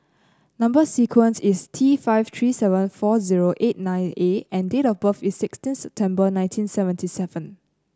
number sequence is T five three seven four zero eight nine A and date of birth is sixteen September nineteen seventy seven